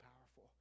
powerful